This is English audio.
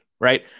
right